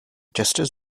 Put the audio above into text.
justice